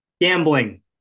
Gambling